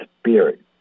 Spirit